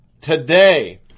today